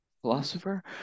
philosopher